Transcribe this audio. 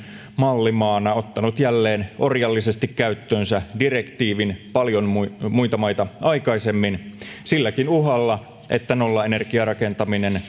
mallimaana ottanut jälleen orjallisesti käyttöönsä direktiivin paljon muita muita maita aikaisemmin silläkin uhalla että nollaenergiarakentaminen